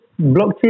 blockchain